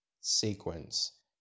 sequence